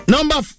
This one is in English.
Number